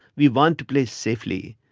we want to play safely,